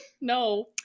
No